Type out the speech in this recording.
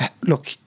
Look